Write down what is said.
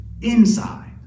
inside